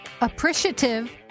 appreciative